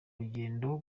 rugendo